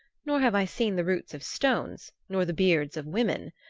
nor have i seen the roots of stones nor the beards of women.